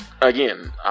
again